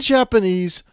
Japanese